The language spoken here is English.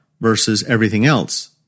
versus-everything-else